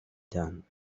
done